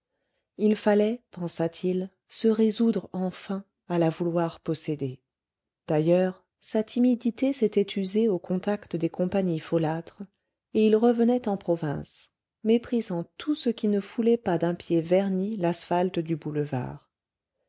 il fallait pensa-t-il se résoudre enfin à la vouloir posséder d'ailleurs sa timidité s'était usée au contact des compagnies folâtres et il revenait en province méprisant tout ce qui ne foulait pas d'un pied verni l'asphalte du boulevard